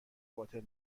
باطل